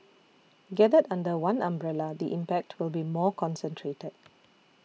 gathered under one umbrella the impact will be more concentrated